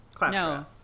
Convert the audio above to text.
No